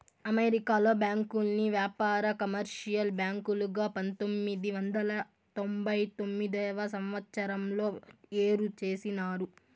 అమెరికాలో బ్యాంకుల్ని వ్యాపార, కమర్షియల్ బ్యాంకులుగా పంతొమ్మిది వందల తొంభై తొమ్మిదవ సంవచ్చరంలో ఏరు చేసినారు